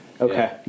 Okay